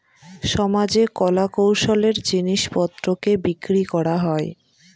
সমাজে কলা কৌশলের জিনিস পত্রকে বিক্রি করা হয়